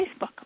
Facebook